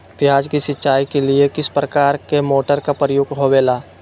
प्याज के सिंचाई के लिए किस प्रकार के मोटर का प्रयोग होवेला?